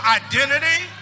identity